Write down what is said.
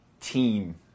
team